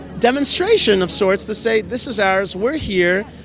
demonstration of sorts to say, this is ours, we're here,